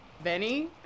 Benny